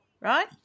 right